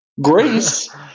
grace